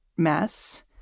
mess